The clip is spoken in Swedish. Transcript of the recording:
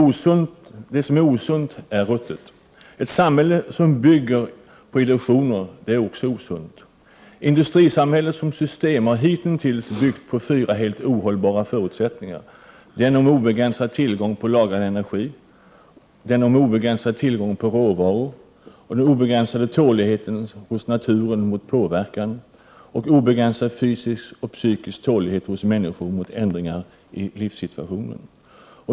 Ett samhälle som bygger på illusioner är osunt. Det som är osunt är ruttet. Industrisamhället som system har hitintills byggt på fyra helt ohållbara förutsättningar: obegränsad tålighet hos naturen mot påverkan samt obegränsad fysisk och psykisk tålighet hos människan mot ändringar i livssituationen.